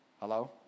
Hello